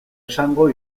esango